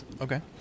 Okay